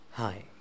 Hi